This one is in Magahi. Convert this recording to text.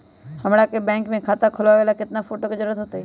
हमरा के बैंक में खाता खोलबाबे ला केतना फोटो के जरूरत होतई?